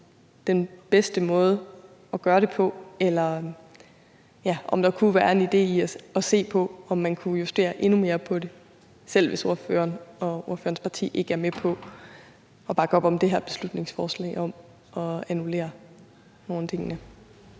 den bedste måde at gøre det på, eller kunne der være en idé i at se på, om man kunne justere endnu mere på det, selv hvis ordføreren og ordførerens parti ikke er med på at bakke op om det her beslutningsforslag? Kl. 17:39 Første